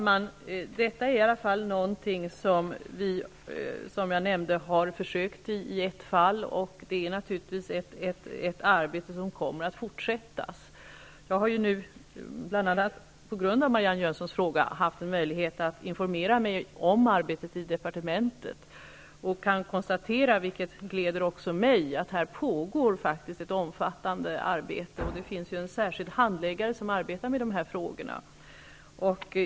Fru talman! Detta är någonting som vi, som jag tidigare nämnde, har försökt i ett fall. Det är naturligtvis ett arbete som kommer att fortsätta. Jag har bl.a. på grund av Marianne Jönssons fråga haft möjlighet att informera mig om arbetet i departementet. Jag har kunnat konstatera, vilket gläder också mig, att det pågår ett omfattande arbete, och det finns en särskild handläggare som arbetar med dessa frågor.